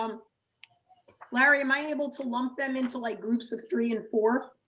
um larry, am i able to lump them into like groups of three and four?